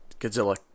Godzilla